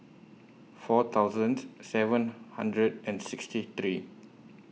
four thousand seven hundred and sixty three